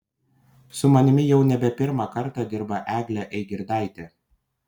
su manimi jau nebe pirmą kartą dirba eglė eigirdaitė